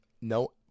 no